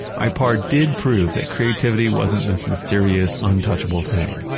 ah ipar did prove that creativity wasn't this mysterious untouchable thing